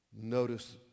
Notice